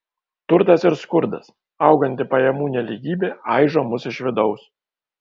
turtas ir skurdas auganti pajamų nelygybė aižo mus iš vidaus